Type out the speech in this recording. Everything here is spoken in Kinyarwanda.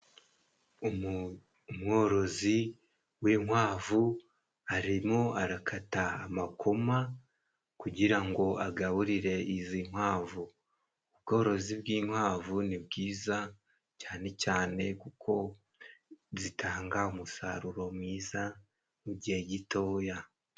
Umworozi w'inkwavu arimo arakata amakoma, kugirango agaburire izi nkwavu, ubworozi bw'inkwavu ni bwiza cyane cyane kuko zitanga umusaruro mwiza mu gihe gitoya.